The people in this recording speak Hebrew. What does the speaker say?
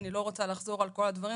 אני לא רוצה לחזור על כל הדברים.